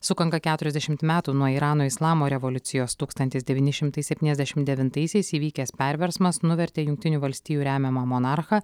sukanka keturiasdešimt metų nuo irano islamo revoliucijos tūkstantis devyni šimtai septyniasdešimt devintaisiais įvykęs perversmas nuvertė jungtinių valstijų remiamą monarchą